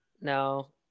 no